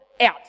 out